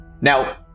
now